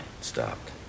Stopped